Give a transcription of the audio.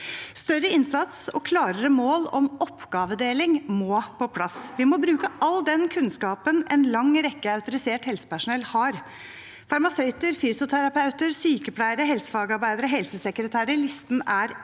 Større innsats og klarere mål om oppgavedeling må på plass. Vi må bruke all den kunnskapen en lang rekke autorisert helsepersonell har, farmasøyter, fysioterapeuter, sykepleiere, helsefagarbeidere, helsesekretærer – listen er enda